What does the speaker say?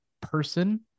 person